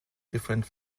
different